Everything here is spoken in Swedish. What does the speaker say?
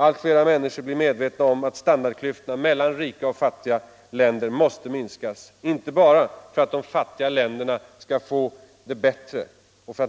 Allt flera människor blir medvetna om att standardklyftorna mellan rika och fattiga länder måste minskas, inte bara för att människorna i de fattiga